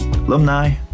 alumni